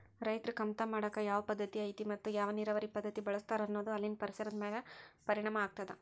ರೈತರು ಕಮತಾ ಮಾಡಾಕ ಯಾವ ಪದ್ದತಿ ಐತಿ ಮತ್ತ ಯಾವ ನೇರಾವರಿ ಪದ್ಧತಿ ಬಳಸ್ತಾರ ಅನ್ನೋದು ಅಲ್ಲಿನ ಪರಿಸರದ ಮ್ಯಾಲ ಪರಿಣಾಮ ಆಗ್ತದ